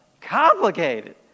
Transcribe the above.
Complicated